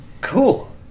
cool